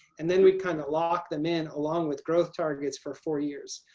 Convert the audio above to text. and then we kind of lock them in along with growth targets for four years.